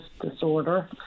disorder